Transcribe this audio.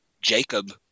Jacob